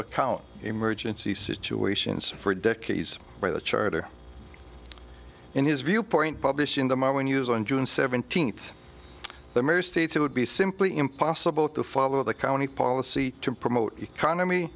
account emergency situations for decades by the charter in his viewpoint published in the moment use on june seventeenth the member states it would be simply impossible to follow the county policy to promote economy